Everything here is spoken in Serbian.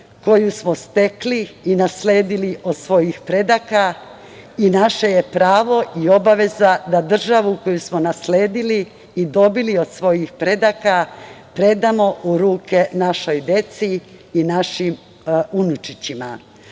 koju smo stekli i nasledili od svojih predaka i naše je pravo i obaveza da državu koju smo nasledili i dobili od svojih predaka predamo u ruke našoj deci i našim unučićima. Ono